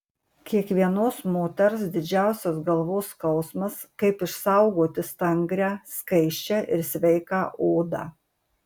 kiekvienos moters didžiausias galvos skausmas kaip išsaugoti stangrią skaisčią ir sveiką odą